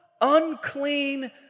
unclean